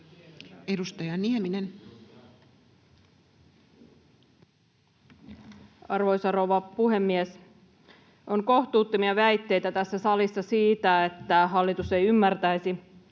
Content: Arvoisa rouva puhemies! On kohtuuttomia väitteitä tässä salissa siitä, että hallitus ei ymmärtäisi,